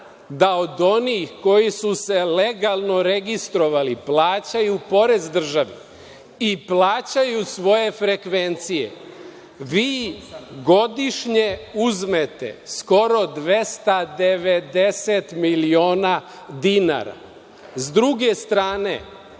da od onih koji su se legalno registrovali, plaćaju porez državi i plaćaju svoje frekvencije, vi godišnje uzmete skoro 290 miliona dinara. S druge strane,